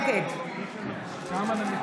נגד חבר הכנסת אבוטבול,